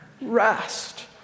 Rest